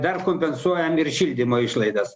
dar kompensuojam ir šildymo išlaidas